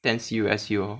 then see you S_U lor